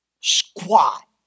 squat